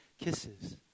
kisses